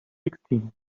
sixteen